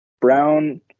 Brown